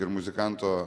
ir muzikanto